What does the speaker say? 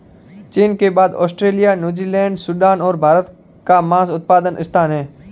चीन के बाद ऑस्ट्रेलिया, न्यूजीलैंड, सूडान और भारत का मांस उत्पादन स्थान है